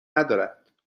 ندارد